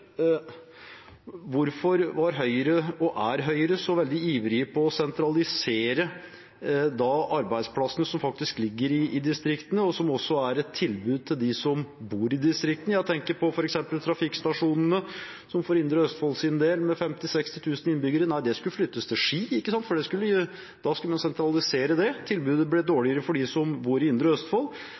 hvorfor Høyre var og er så veldig ivrig etter å sentralisere arbeidsplassene som faktisk ligger i distriktene, og som også er et tilbud til dem som bor i distriktene. Jeg tenker på f.eks. trafikkstasjonene, som for Indre Østfolds del, som har 50 000–60 000 innbyggere, skulle flyttes til Ski, for man skulle sentralisere det. Tilbudet ble dårligere for dem som bor i Indre Østfold.